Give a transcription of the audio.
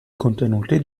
contenuti